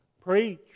preach